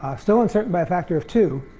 still uncertain by a factor of two,